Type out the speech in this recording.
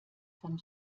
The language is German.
vom